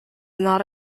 not